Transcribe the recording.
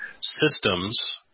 systems